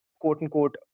quote-unquote